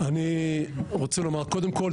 קודם כול,